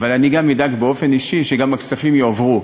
אבל אני גם אדאג באופן אישי שהכספים גם יעברו.